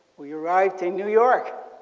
we arrived in new york.